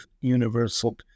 universal